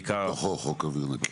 בתוכו חוק אוויר נקי.